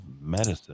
Medicine